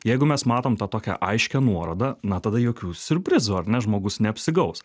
jeigu mes matom tą tokią aiškią nuorodą na tada jokių siurprizų ar ne žmogus neapsigaus